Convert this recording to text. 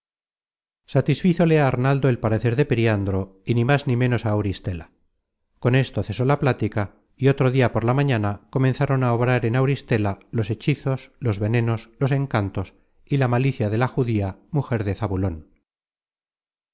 satisfazole á arnaldo el parecer de periandro y ni más ni ménos á auristela con esto cesó la plática y otro dia por la mañana comenzaron á obrar en auristela los hechizos los venenos los encantos y la malicia de la judía mujer de zabulon